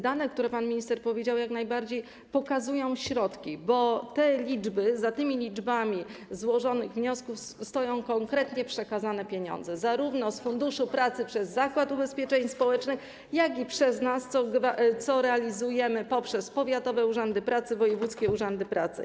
Dane, o których pan minister powiedział, jak najbardziej pokazują środki, bo za tymi liczbami złożonych wniosków stoją konkretne przekazane pieniądze, zarówno z Funduszu Pracy, przez Zakład Ubezpieczeń Społecznych, jak i przez nas, co realizujemy poprzez powiatowe urzędy pracy i wojewódzkie urzędy pracy.